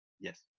Yes